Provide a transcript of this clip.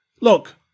Look